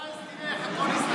ואז תראה איך הכול מסתדר.